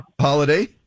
holiday